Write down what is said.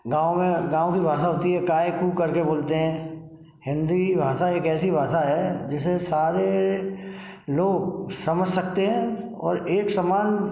गाँव में गाँव की भाषा होती है काय कू करके बोलते हैं हिंदी भाषा एक ऐसी भाषा है जिसे सारे लोग समझ सकते हैं और एक समान